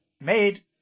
made